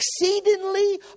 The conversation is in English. exceedingly